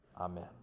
Amen